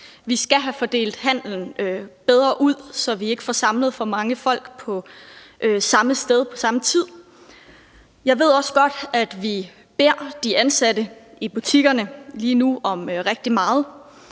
Vi skal have fordelt handelen bedre ud, så vi ikke får samlet for mange folk på samme sted på samme tid. Jeg ved også godt, at vi beder de ansatte i butikkerne lige nu om rigtig meget,